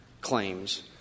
claims